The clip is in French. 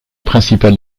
principale